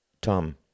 Tom